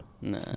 Nah